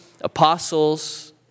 apostles